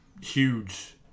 huge